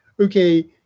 okay